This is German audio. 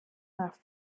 nach